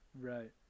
Right